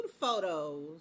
photos